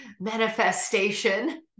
manifestation